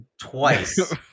twice